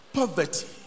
poverty